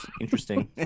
interesting